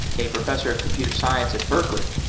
a professor of computer science at berkeley.